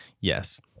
Yes